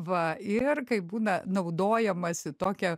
va ir kai būna naudojamasi tokia